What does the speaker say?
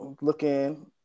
looking